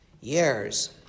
years